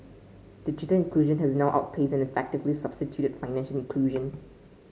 digital inclusion has now outpaced and effectively substituted financial inclusion